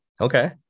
Okay